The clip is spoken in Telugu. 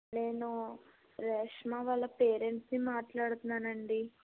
నేను రేష్మ వాళ్ళ పేరెంట్ని మాట్లాడుతున్నానండి